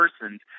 persons